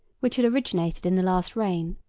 which had originated in the last reign,